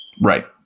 Right